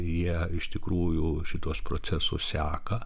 jie iš tikrųjų šituos procesus seka